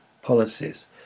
Policies